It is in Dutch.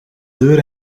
deur